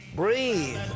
breathe